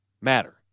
matter